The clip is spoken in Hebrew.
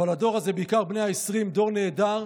אבל הדור הזה, בעיקר בני ה-20, דור נהדר,